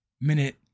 minute